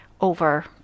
over